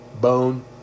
bone